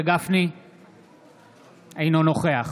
אינו נוכח